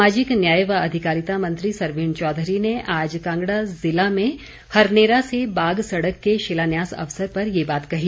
सामाजिक न्याय व अधिकारिता मंत्री सरवीण चौधरी ने आज कांगड़ा जिला में हरनेरा से बाग सड़क के शिलान्यास अवसर पर ये बात कही